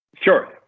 Sure